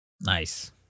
Nice